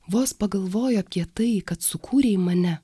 vos pagalvoju apie tai kad sukūrei mane